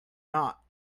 not